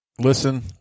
listen